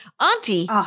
Auntie